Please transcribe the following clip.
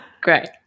great